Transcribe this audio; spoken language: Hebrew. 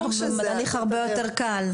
זה הליך הרבה יותר קל.